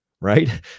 right